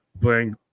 playing